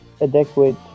adequate